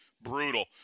Brutal